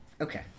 Okay